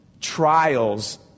trials